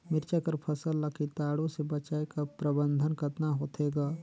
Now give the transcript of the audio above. मिरचा कर फसल ला कीटाणु से बचाय कर प्रबंधन कतना होथे ग?